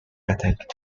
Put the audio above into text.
attack